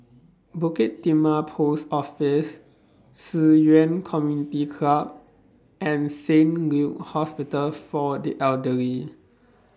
Bukit Timah Post Office Ci Yuan Community Club and Saint Hospital For The Elderly